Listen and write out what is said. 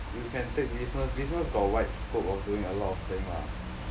you can take business business got wide scope of doing a lot of thing lah